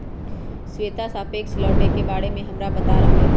श्वेता सापेक्ष लौटे के बारे में हमरा बता रहले हल